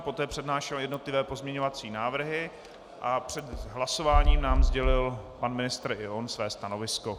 Poté přednášel jednotlivé pozměňovací návrhy a před hlasování nám sdělil pan ministr i on své stanovisko.